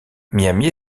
miami